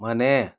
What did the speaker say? ಮನೆ